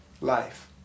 life